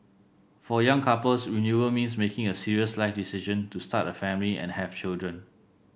for young couples renewal means making a serious life decision to start a family and have children